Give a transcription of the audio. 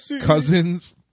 cousins